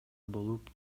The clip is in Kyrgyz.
болуп